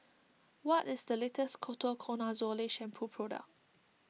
what is the latest Ketoconazole Shampoo product